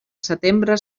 setembre